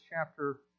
chapter